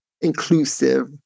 inclusive